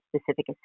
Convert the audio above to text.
specific